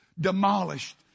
demolished